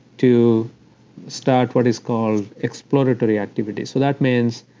to start what is called exploratory activity so that means,